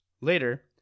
Later